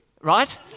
Right